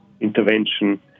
intervention